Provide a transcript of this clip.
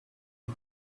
you